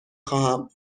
خواهم